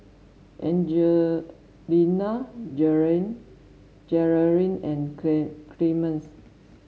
Jerrilyn and Clemens